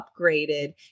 upgraded